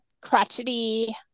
crotchety